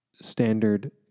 standard